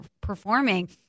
performing